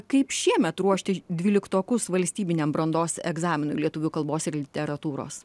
kaip šiemet ruošti dvyliktokus valstybiniam brandos egzaminui lietuvių kalbos ir literatūros